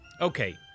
Okay